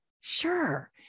Sure